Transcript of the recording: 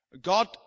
God